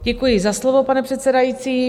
Děkuji za slovo, pane předsedající.